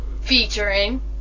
Featuring